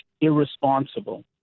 irresponsible